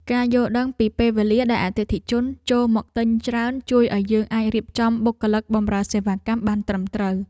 ការយល់ដឹងពីពេលវេលាដែលអតិថិជនចូលមកទិញច្រើនជួយឱ្យយើងអាចរៀបចំបុគ្គលិកបំរើសេវាកម្មបានត្រឹមត្រូវ។